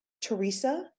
Teresa